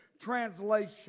translation